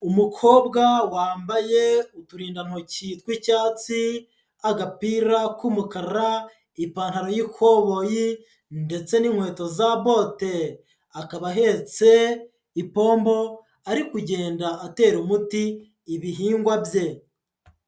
Umukobwa wambaye uturindantoki tw'icyatsi, agapira k'umukara, ipantaro y'ikoboyi, ndetse n'inkweto za bote, akaba ahetse ipombo ari kugenda atera umuti ibihingwa bye.